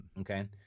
Okay